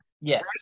Yes